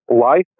Life